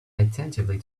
attentively